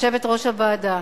יושבת-ראש הוועדה,